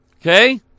Okay